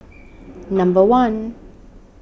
number one